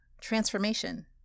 transformation